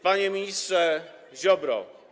Panie Ministrze Ziobro!